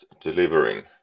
delivering